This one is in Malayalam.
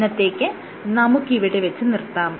ഇന്നത്തേക്ക് നമുക്ക് ഇവിടെ വെച്ച് നിർത്താം